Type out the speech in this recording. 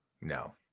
No